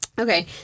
Okay